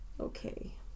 Okay